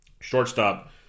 Shortstop